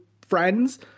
friends